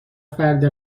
فرد